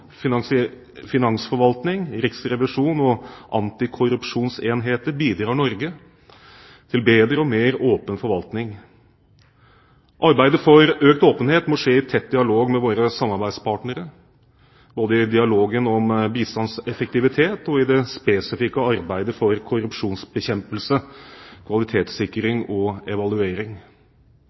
samarbeidslands finansforvaltning, riksrevisjon og antikorrupsjonsenheter bidrar Norge til bedre og mer åpen forvaltning. Arbeidet for økt åpenhet må skje i tett dialog med våre samarbeidspartnere, både i dialogen om bistandseffektivitet og i det spesifikke arbeidet for korrupsjonsbekjempelse, kvalitetssikring og evaluering.